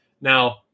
Now